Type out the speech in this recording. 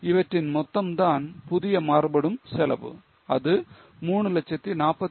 இவற்றின் மொத்தம் தான் புதிய மாறுபடும் செலவு அது 348333